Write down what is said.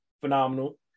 phenomenal